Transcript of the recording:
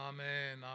Amen